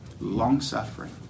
long-suffering